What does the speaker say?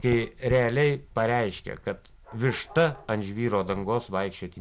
kai realiai pareiškė kad višta ant žvyro dangos vaikščioti